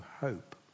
hope